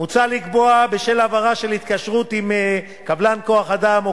מוצע לקבוע בשל העבירה של התקשרות עם קבלן כוח-אדם או